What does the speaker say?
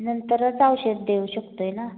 नंतरच औषध देऊ शकतो आहे ना